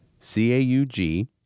C-A-U-G